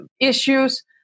issues